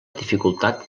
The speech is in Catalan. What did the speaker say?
dificultat